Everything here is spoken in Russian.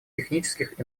технических